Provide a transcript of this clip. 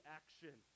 action